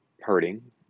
hurting